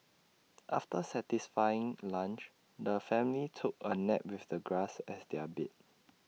after satisfying lunch the family took A nap with the grass as their bed